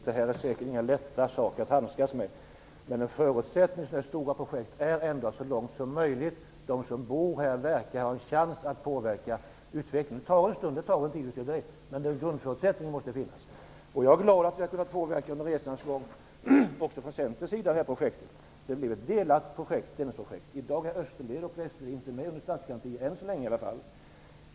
Herr talman! Jag är den förste att erkänna att det här inte är några lätta saker att handskas med. Men en förutsättning för sådana här stora projekt är ändå att de som bor i området så långt som möjligt måste ha en chans att påverka utvecklingen. Det tar tid, visst gör det det, men den grundförutsättningen måste finnas. Jag är glad att vi under resans gång har kunnat påverka det här projektet också från Centerns sida. Det blev ett delat Dennisprojekt. I dag är Österled och Västerled inte med under statsgaranti än så länge i alla fall.